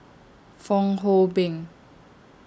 Fong Hoe Beng